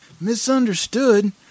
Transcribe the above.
misunderstood